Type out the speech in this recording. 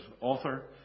author